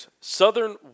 Southern